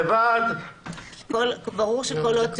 ברור.